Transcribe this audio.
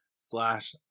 slash